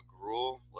gruel